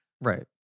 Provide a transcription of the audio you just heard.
Right